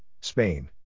Spain